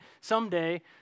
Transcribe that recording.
someday